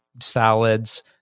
salads